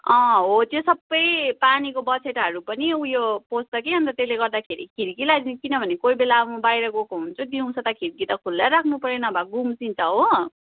अँ हो त्यो सबै पानीको बाछिटाहरू पनि उयो पस्छ कि अन्त त्यसले गर्दाखेरि खिर्की लगाइदिनु किनकि कोही बेला अब म बाहिर गएको हुन्छु खिर्की त दिउँसो त खुल्लै राख्नुपर्यो नभए गुम्सिन्छ हो